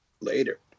Later